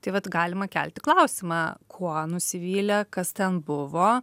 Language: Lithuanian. tai vat galima kelti klausimą kuo nusivylė kas ten buvo